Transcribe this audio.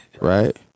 Right